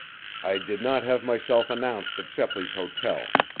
i did not have myself announced at shepley's hotel.